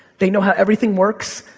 they know how everything works,